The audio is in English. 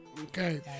Okay